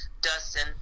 Dustin